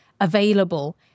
available